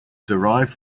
derived